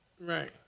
Right